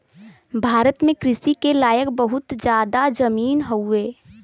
भारत में कृषि के लायक बहुत जादा जमीन हउवे